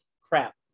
Crap